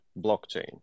blockchain